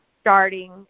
starting